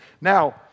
Now